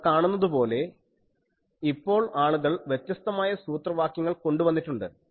നിങ്ങൾ കാണുന്നതുപോലെ ഇപ്പോൾ ആളുകൾ വ്യത്യസ്തമായ സൂത്രവാക്യങ്ങൾ കൊണ്ടുവന്നിട്ടുണ്ട്